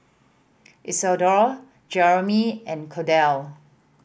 Isidore Jeannine and Cordell